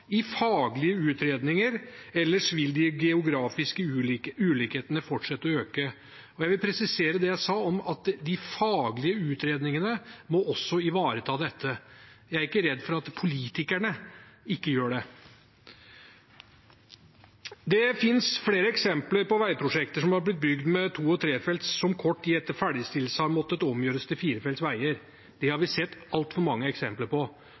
i faglige utredninger, ellers vil de geografiske ulikhetene fortsette å øke. Jeg vil presisere det jeg sa om at de faglige utfordringene også må ivareta dette. Jeg er ikke redd for at politikerne ikke gjør det. Det er flere eksempler på veiprosjekter som er blitt bygd som to- og trefelts som kort tid etter ferdigstillelse har måttet omgjøres til firefelts veier. Det har vi sett altfor mange eksempler på,